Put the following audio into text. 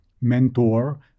mentor